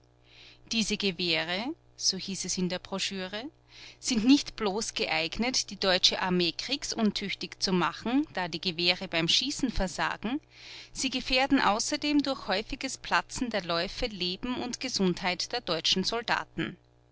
diese gewehre so hieß es in der broschüre sind nicht bloß geeignet die deutsche armee kriegsuntüchtig zu machen da die gewehre beim schießen versagen sie gefährden außerdem durch häufiges platzen der läufe leben und gesundheit der deutschen soldaten